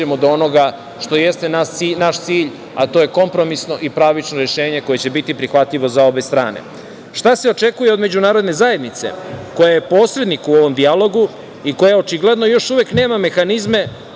cilj, a to je kompromisno i pravično rešenje koje će biti prihvatljivo za obe strane? Šta se očekuje od međunarodne zajednice koja je posrednik u ovom dijalogu i koja očigledno još uvek nema mehanizme